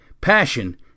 passion